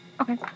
Okay